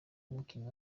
n’umukinnyi